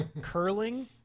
curling